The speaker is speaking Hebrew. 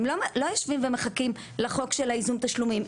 הם לא יושבים ומחכים לחוק של הייזום תשלומים.